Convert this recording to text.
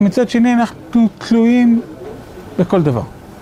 מצד שני אנחנו תלויים בכל דבר.